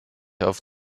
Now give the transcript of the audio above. auf